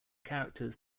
characters